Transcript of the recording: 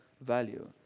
value